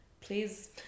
Please